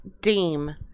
deem